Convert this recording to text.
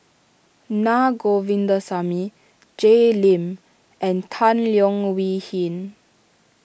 Naa Govindasamy Jay Lim and Tan Leo Wee Hin